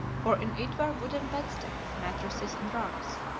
for in it were wooden bedsteads, mattresses and rugs.